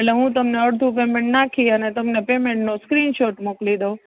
એટલે હું તમને અડધું પેમેન્ટ નાખી અને તમને પેમેન્ટનો સ્ક્રીનશોટ મોકલી દઉં